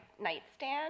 nightstand